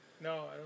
No